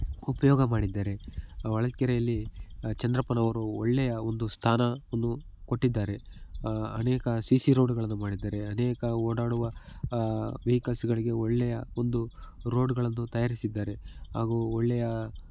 ಉಪಯೋಗ ಮಾಡಿದ್ದಾರೆ ಆ ಹೊಳಲ್ಕೆರೆಯಲ್ಲಿ ಚಂದ್ರಪ್ಪನವರು ಒಳ್ಳೆಯ ಒಂದು ಸ್ಥಾನವನ್ನು ಕೊಟ್ಟಿದ್ದಾರೆ ಅನೇಕ ಸಿ ಸಿ ರೋಡುಗಳನ್ನು ಮಾಡಿದ್ದಾರೆ ಅನೇಕ ಓಡಾಡುವ ವೇಕಲ್ಸ್ಗಳಿಗೆ ಒಳ್ಳೆಯ ಒಂದು ರೋಡ್ಗಳನ್ನು ತಯಾರಿಸಿದ್ದಾರೆ ಹಾಗೂ ಒಳ್ಳೆಯ